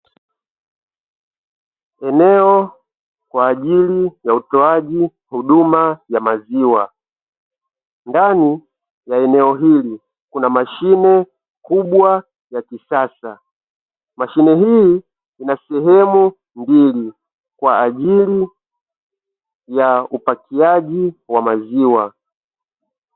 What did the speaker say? Eneo kwa ajili ya utoaji huduma ya maziwa, ndani ya eneo hili kuna mashine kubwa ya kisasa. Mashine hii ina sehemu mbili kwa ajili ya upakiaji wa maziwa.